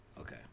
Okay